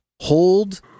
hold